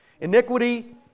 Iniquity